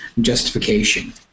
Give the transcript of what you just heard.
justification